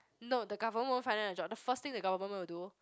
no the government won't find you a job the first thing the government will do